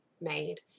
made